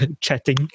chatting